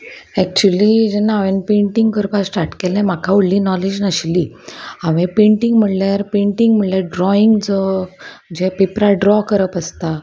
actually जेन्ना हांवें painting करपाक स्टार्ट केले म्हाका व्हडली नॉलेज नाशिल्ली हांवें पेंटींग म्हणल्यार पेंटींग म्हणल्यार ड्रॉइंग जो जे पेपरार ड्रॉ करप आसता